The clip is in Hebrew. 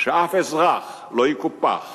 על כך שאף אזרח לא יקופח